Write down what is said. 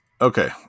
Okay